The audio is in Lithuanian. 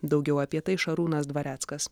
daugiau apie tai šarūnas dvareckas